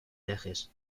viajes